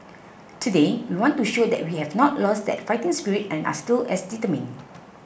today we want to show that we have not lost that fighting spirit and are still as determined